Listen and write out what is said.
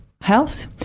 health